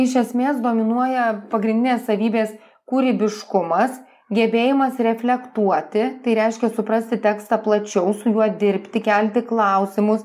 iš esmės dominuoja pagrindinės savybės kūrybiškumas gebėjimas reflektuoti tai reiškia suprasti tekstą plačiau su juo dirbti kelti klausimus